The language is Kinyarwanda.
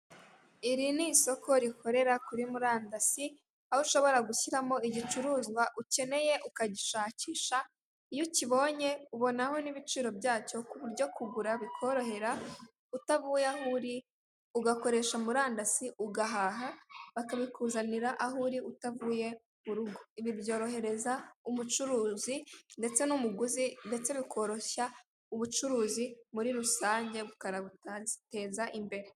Iri ni isoko rikorera kuri murandasi, aho ushobora gushyiramo igicuruzwa ukeneye ukagishakisha iyo ukibonye ubonaho n'ibiciro byacyo kuburyo kugura bikorohera utavuye aho uri ugakoresha murandasi ugahaha bakabikuzanira aho uri utavuye mu rugo, ibi byorohereza umucuruzi ndetse n'umuguzi ndetse bikoroshya ubucuruzi muri rusange bukanabuteza imbere.